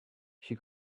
she